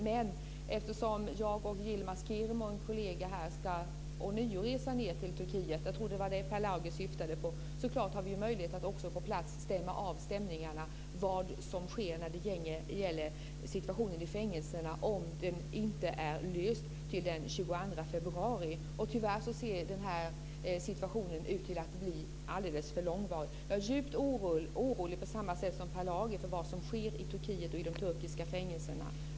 Men eftersom jag och Yilmaz Kerimo, en kollega, ånyo ska resa ned till Turkiet - jag tror att det var det Per Lager syftade på - har vi möjlighet att på plats stämma av stämningarna och vad som sker när det gäller situationen i fängelserna om den inte är löst till den 22 februari. Tyvärr ser situationen ut att bli alldeles för långvarig. Jag är, på samma sätt som Per Lager, djupt orolig för vad som sker i Turkiet och i de turkiska fängelserna.